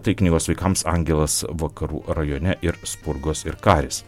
tai knygos vaikams angelas vakarų rajone ir spurgos ir karis